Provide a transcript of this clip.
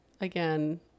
Again